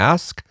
Ask